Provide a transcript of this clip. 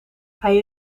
hij